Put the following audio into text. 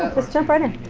let's jump right in.